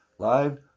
live